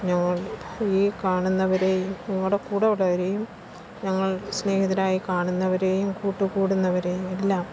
ഞങ്ങൾ ഈ കാണുന്നവരെയും ഞങ്ങളുടെ കൂടെ ഉള്ളവരെയും ഞങ്ങൾ സ്നേഹിതരായി കാണുന്നവരെയും കൂട്ടുകൂടുന്നവരെയും എല്ലാം